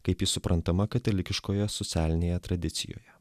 kaip ji suprantama katalikiškoje socialinėje tradicijoje